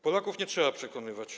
Polaków nie trzeba przekonywać.